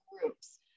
groups